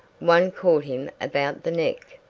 one caught him about the neck,